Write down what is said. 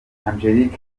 angelique